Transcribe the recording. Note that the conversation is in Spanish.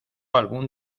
algún